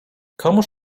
komuż